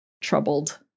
troubled